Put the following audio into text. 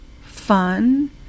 fun